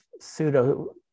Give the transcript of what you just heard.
pseudo